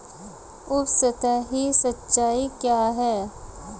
उपसतही सिंचाई क्या है?